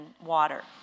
water